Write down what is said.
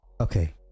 Okay